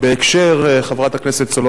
חברת הכנסת סולודקין,